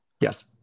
Yes